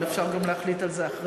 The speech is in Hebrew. אבל אפשר גם להחליט על זה אחרי,